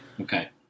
okay